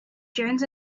jones